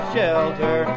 Shelter